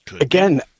again